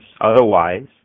Otherwise